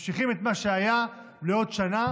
ממשיכים את מה שהיה לעוד שנה,